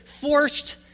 forced